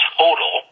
total